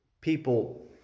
people